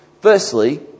Firstly